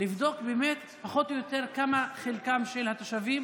לבדוק באמת פחות או יותר מה חלקם של התושבים